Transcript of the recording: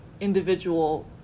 individual